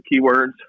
keywords